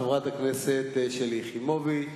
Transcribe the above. חברת הכנסת שלי יחימוביץ.